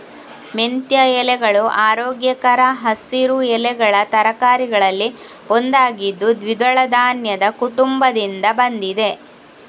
ಮೆಂತ್ಯ ಎಲೆಗಳು ಆರೋಗ್ಯಕರ ಹಸಿರು ಎಲೆಗಳ ತರಕಾರಿಗಳಲ್ಲಿ ಒಂದಾಗಿದ್ದು ದ್ವಿದಳ ಧಾನ್ಯದ ಕುಟುಂಬದಿಂದ ಬಂದಿದೆ